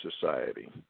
society